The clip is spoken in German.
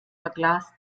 verglast